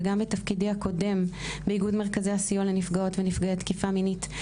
וגם בתפקידי הקודם באיגוד מרכזי הסיוע לנפגעות ונפגעי תקיפה מינית,